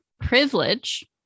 Privilege